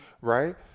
Right